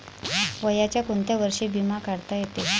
वयाच्या कोंत्या वर्षी बिमा काढता येते?